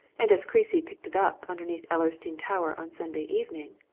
and as creasy picked it up underneath ellersdeane tower on sunday evening,